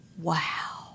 wow